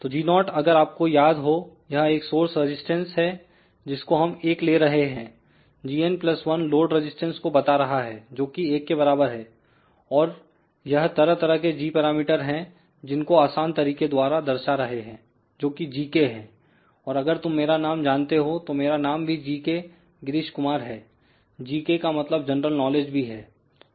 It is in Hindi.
तो g0 अगर आपको याद हो यह एक सोर्स रजिस्टेंस है जिसको हम 1 ले रहे हैं gn1 लोड रजिस्टेंस को बता रहा है जो कि एक के बराबर है और यह तरह तरह के g पैरामीटर हैं जिनको आसान तरीके द्वारा दर्शा रहे हैं जोकि gk है और अगर तुम मेरा नाम जानते हो तो मेरा नाम भी g k गिरीश कुमार है g k का मतलब जनरल नॉलेज भी है